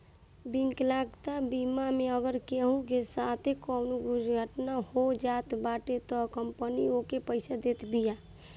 विकलांगता बीमा मे अगर केहू के साथे कवनो दुर्घटना हो जात बाटे तअ कंपनी ओके पईसा देत बिया